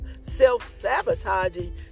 self-sabotaging